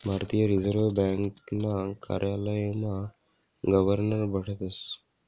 भारतीय रिजर्व ब्यांकना कार्यालयमा गवर्नर बठतस